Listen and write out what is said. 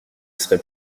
serait